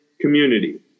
community